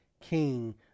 king